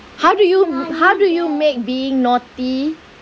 how do you m~ how do you make being naughty